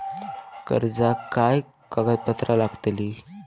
कर्जाक काय कागदपत्र लागतली?